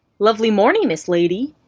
lovely morny, miss lady!